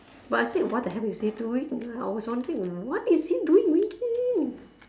but I said what the hell is he doing I was wondering what is he doing winking